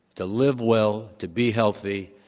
to live well, to be healthy,